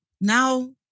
Now